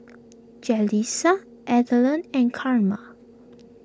Jalissa Alden and Carma